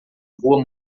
rua